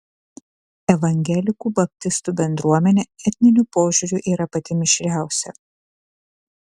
evangelikų baptistų bendruomenė etniniu požiūriu yra pati mišriausia